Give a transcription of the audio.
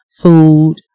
food